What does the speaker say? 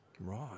Right